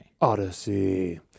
Odyssey